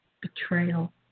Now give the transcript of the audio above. betrayal